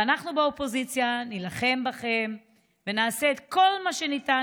ואנחנו באופוזיציה נילחם בכם ונעשה את כל מה שניתן